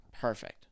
Perfect